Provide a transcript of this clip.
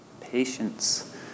patience